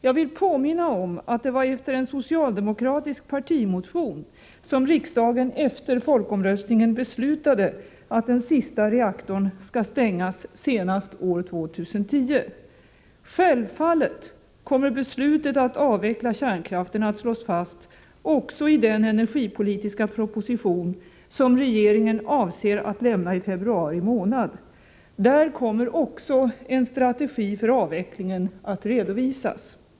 Jag vill påminna om att det var efter en socialdemokratisk partimotion som riksdagen efter folkomröstningen beslutade att den sista reaktorn skall stängas senast år 2010. Självfallet kommer beslutet att avveckla kärnkraften att slås fast också i den energipolitiska proposition som regeringen avser att lämna i februari månad. Där kommer också en strategi för avvecklingen att redovisas.